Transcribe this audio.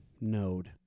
node